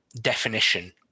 definition